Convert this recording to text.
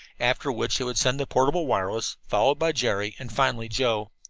after which they would send the portable wireless, followed by jerry, and finally joe.